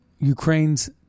Ukraine's